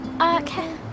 Okay